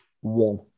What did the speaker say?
One